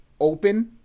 open